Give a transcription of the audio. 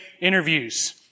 interviews